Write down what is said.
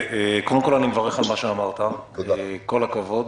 קודם כל, אני מברך על מה שאמרת וכל הכבוד.